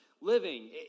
living